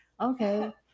Okay